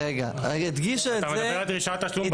אתה מדבר על דרישת תשלום.